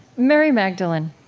mary magdalene,